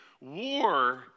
war